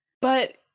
But-